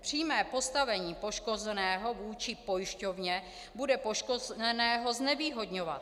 Přímé postavení poškozeného vůči pojišťovně bude poškozeného znevýhodňovat.